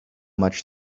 much